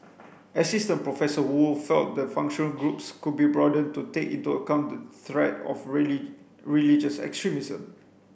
Assistant Professor Woo felt the functional groups could be broadened to take into account the threat of religious extremism